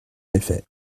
effet